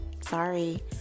Sorry